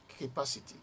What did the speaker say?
capacity